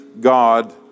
God